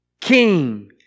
king